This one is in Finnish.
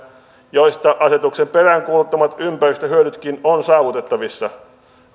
mistä asetuksen peräänkuuluttamat ympäristöhyödytkin ovat saavutettavissa